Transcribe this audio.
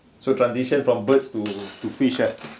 so transition from birds to to fish ah